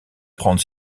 prendre